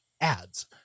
ads